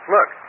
Look